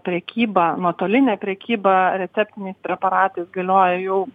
prekybą nuotolinę prekybą receptiniais preparatais galioja jau